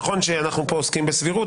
נכון שאנחנו פה עוסקים בסבירות,